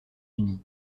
unis